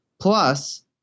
Plus